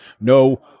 no